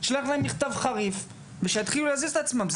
שלח להם מכתב חריף ושיתחילו להזיז את עצמם.